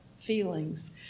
feelings